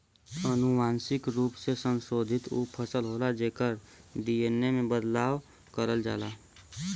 अनुवांशिक रूप से संशोधित उ फसल होला जेकर डी.एन.ए में बदलाव करल जाला